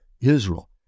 Israel